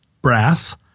brass